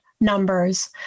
numbers